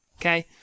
Okay